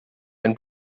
ein